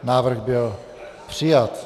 Návrh byl přijat.